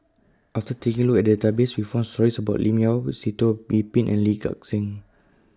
after taking Look At The Database We found stories about Lim Yau Sitoh Yih Pin and Lee Gek Seng